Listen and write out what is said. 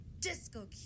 disco